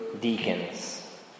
deacons